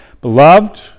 Beloved